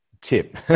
tip